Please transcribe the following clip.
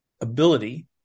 ability